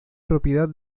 propiedad